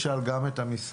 של הרכוש